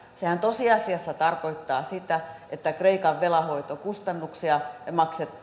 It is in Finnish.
tosiasiassa tarkoittavat sitä että kreikan velanhoitokustannuksia maksavat